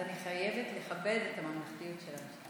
אז אני חייבת לכבד את הממלכתיות של המשכן.